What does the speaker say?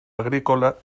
agrícola